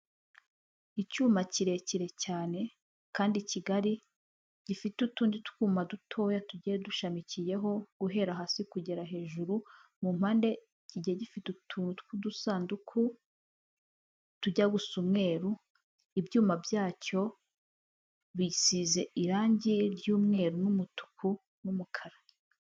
Icyuma kirekire cyane kandi kigari gifite utundi twuma dutoya tugiye dushamikiyeho guhera hasi kugera hejuru, mu mpande kigiye gifite utuntu tw'udusanduku tujya gu gusa umweru, ibyuma byacyo bisize irangi ry'umweru, n'umutuku n'umukara.